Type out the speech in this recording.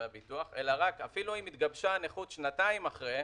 הביטוח אלא אפילו אם התגבשה הנכות שנתיים אחרי,